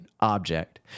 object